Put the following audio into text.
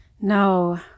No